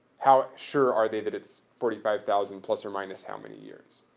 how sure are they that it's forty five thousand plus or minus how many years?